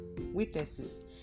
witnesses